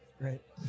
Right